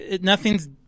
nothing's